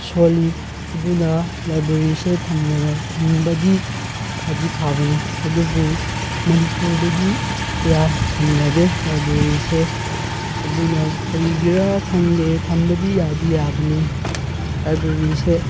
ꯁꯣꯜꯂꯤ ꯑꯗꯨꯅ ꯂꯥꯏꯕ꯭ꯔꯦꯔꯤꯁꯦ ꯊꯝꯕꯗꯤ ꯐꯗꯤ ꯐꯕꯅꯤ ꯑꯗꯨꯕꯨ ꯃꯅꯤꯄꯨꯔꯗꯗꯤ ꯀꯌꯥ ꯊꯝꯅꯗꯦ ꯂꯥꯏꯕ꯭ꯔꯦꯔꯤꯁꯦ ꯑꯗꯨꯅ ꯀꯔꯤꯒꯤꯔꯥ ꯈꯪꯗꯦ ꯊꯝꯕꯗꯤ ꯌꯥꯗꯤ ꯌꯥꯕꯅꯤ ꯂꯥꯏꯕ꯭ꯔꯦꯔꯤꯁꯦ